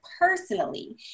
personally